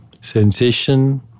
Sensation